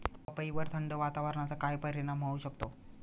पपईवर थंड वातावरणाचा काय परिणाम होऊ शकतो?